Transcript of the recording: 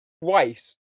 twice